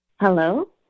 Hello